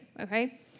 okay